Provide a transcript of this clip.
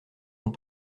vont